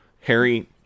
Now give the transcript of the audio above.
Harry